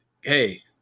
hey